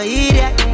idiot